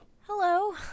Hello